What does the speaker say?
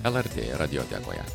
lrt radiotekoje